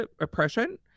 oppression